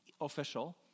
official